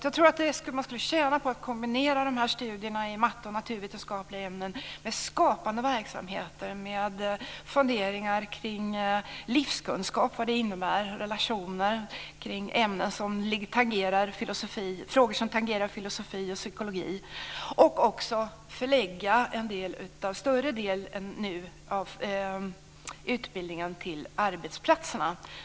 Jag tror att man skulle tjäna på att kombinera studier i matte och naturvetenskapliga ämnen med skapande verksamhet, med funderingar kring livskunskap och vad det innebär, kring relationer, kring frågor som tangerar filosofi och psykologi. Man skulle också tjäna på att förlägga en större del av utbildningen än nu till arbetsplatser.